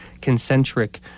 concentric